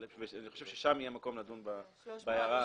אני חושב ששם יהיה המקום לדון בהערה הזאת.